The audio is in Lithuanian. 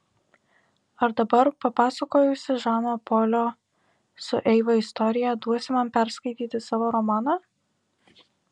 ar dabar papasakojusi žano polio su eiva istoriją duosi man perskaityti savo romaną